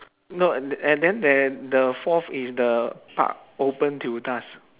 no and and then there the fourth is the park open till dusk